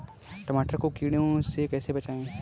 टमाटर को कीड़ों से कैसे बचाएँ?